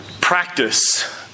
practice